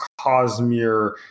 Cosmere